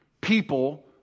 people